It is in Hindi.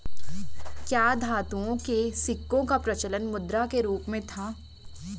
क्या धातुओं के सिक्कों का प्रचलन मुद्रा के रूप में था?